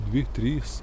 dvi trys